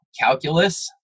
calculus